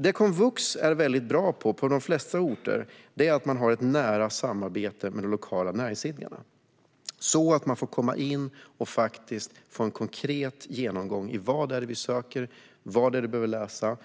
På de flesta orter är komvux mycket bra på att ha ett nära samarbete med de lokala näringsidkarna, så att man får komma in och faktiskt få en konkret genomgång när det gäller vad näringsidkarna söker och vad människor behöver läsa.